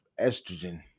estrogen